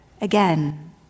again